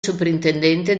soprintendente